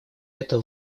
это